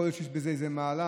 יכול להיות שיש בזה איזה מעלה,